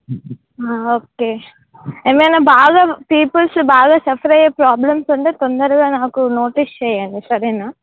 okay ఏమైనా బాగా peoples బాగా సఫర్ అయ్యే ప్రాబ్లమ్స్ ఉంటే తొందరగా నాకు నోటీస్ చేయండి సరేనా